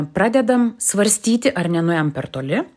pradedam svarstyti ar nenuėjom per toli